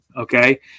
okay